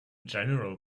general